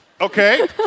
Okay